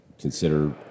consider